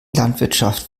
landwirtschaft